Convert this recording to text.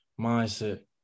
mindset